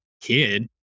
kid